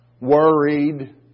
Worried